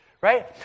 Right